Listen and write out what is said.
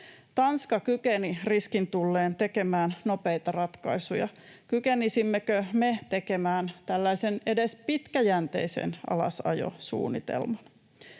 Tanska kykeni riskin tullen tekemään nopeita ratkaisuja. Kykenisimmekö me tekemään tällaisen edes pitkäjänteisen alasajosuunnitelman?